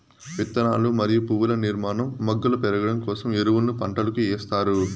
విత్తనాలు మరియు పువ్వుల నిర్మాణం, మొగ్గలు పెరగడం కోసం ఎరువులను పంటలకు ఎస్తారు